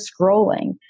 scrolling